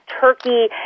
turkey